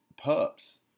pups